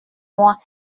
mois